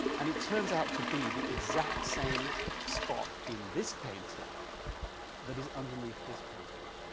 and it turns out to be the exact same spot in this painting that is underneath this painting.